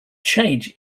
change